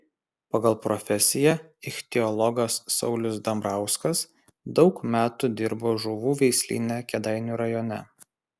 pagal profesiją ichtiologas saulius dambrauskas daug metų dirbo žuvų veislyne kėdainių rajone